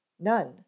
None